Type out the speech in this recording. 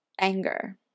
anger